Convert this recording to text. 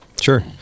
Sure